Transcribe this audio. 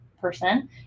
person